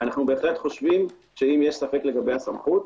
אנו בהחלט חושבים שאם יש ספק לגבי הסמכות,